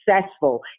successful